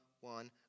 one